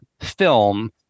film